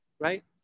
right